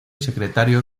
secretario